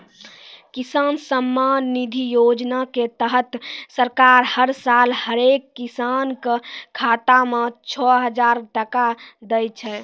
किसान सम्मान निधि योजना के तहत सरकार हर साल हरेक किसान कॅ खाता मॅ छो हजार टका दै छै